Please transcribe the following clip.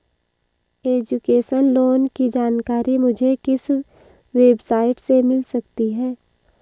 Education loan की जानकारी मुझे किस वेबसाइट से मिल सकती है?